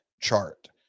chart